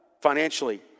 financially